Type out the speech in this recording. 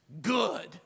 good